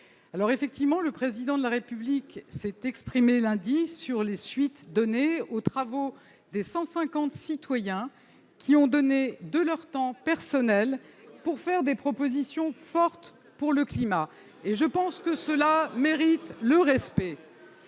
le Président de la République s'est exprimé lundi sur les suites réservées aux travaux des 150 citoyens qui ont donné de leur temps personnel pour faire des propositions fortes pour le climat. Nous aussi ! Je pense que cela mérite le respect